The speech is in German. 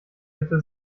bitte